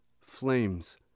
flames